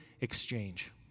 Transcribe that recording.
exchange